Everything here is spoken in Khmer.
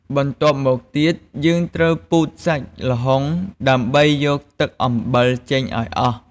បន្ទាប់មកទៀត យើងត្រូវពូតសាច់ល្ហុងដើម្បីយកទឹកអំបិលចេញឱ្យអស់។